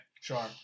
sure